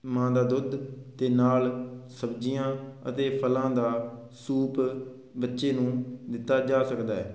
ਮਾਂ ਦਾ ਦੁੱਧ ਅਤੇ ਨਾਲ ਸਬਜ਼ੀਆਂ ਅਤੇ ਫਲਾਂ ਦਾ ਸੂਪ ਬੱਚੇ ਨੂੰ ਦਿੱਤਾ ਜਾ ਸਕਦਾ ਹੈ